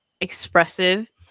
expressive